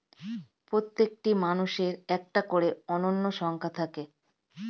প্রত্যেকটি মানুষের একটা করে অনন্য সংখ্যা থাকে